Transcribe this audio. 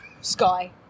Sky